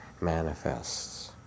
manifests